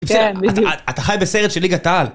כן, בדיוק. אתה חי בסרט שליגת העל.